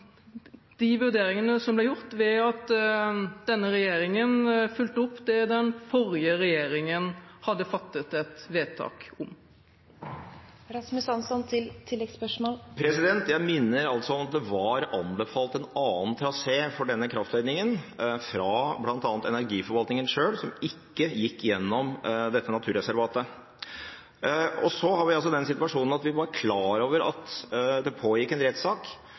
de vurderingene som ble gjort ved at denne regjeringen fulgte opp det den forrige regjeringen hadde fattet et vedtak om. Jeg minner altså om at det var anbefalt en annen trasé for denne kraftledningen fra bl.a. energiforvaltningen selv, som ikke gikk gjennom dette naturreservatet. Så har vi altså den situasjonen at vi var klar over at det pågikk en rettssak